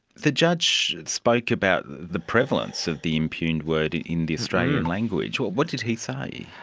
the judge spoke about the prevalence of the impugned word in the australian language. what what did he say?